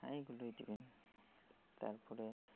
হ্যাঁ এইগুলোই দিবেন তারপরে